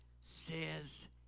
says